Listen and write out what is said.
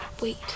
Wait